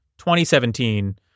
2017